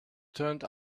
turned